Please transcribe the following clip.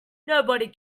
nobody